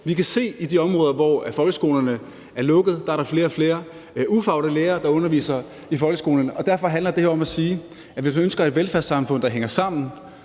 se, at der i de områder, hvor folkeskolerne er lukket, er flere og flere ufaglærte lærere, der underviser i folkeskolerne, og derfor handler det om at sige, at hvis vi ønsker et velfærdssamfund, der hænger sammen,